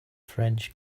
french